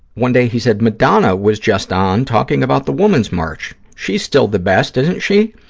one day he said, madonna was just on talking about the women's march, she's still the best, isn't she?